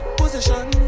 position